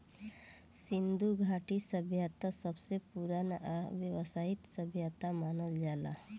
सिन्धु घाटी सभ्यता सबसे पुरान आ वयवस्थित सभ्यता मानल जाला